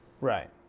right